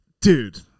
Dude